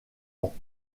ans